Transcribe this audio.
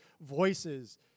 voices